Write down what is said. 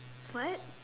what